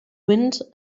wind